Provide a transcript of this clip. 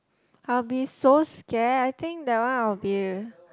I'll be so scared I think that one I'll be